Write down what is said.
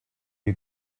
you